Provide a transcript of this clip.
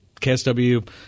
KSW